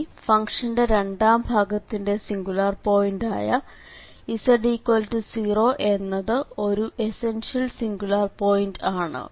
ഇനി ഫംഗ്ഷന്റെ രണ്ടാം ഭാഗത്തിന്റെ സിംഗുലാർ പോയിന്റ് ആയ z0 എന്നത് ഒരു എസൻഷ്യൽ സിംഗുലാർ പോയിന്റ് ആണ്